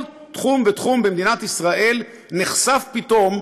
כל תחום ותחום במדינת ישראל נחשף פתאום